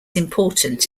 important